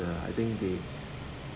I think they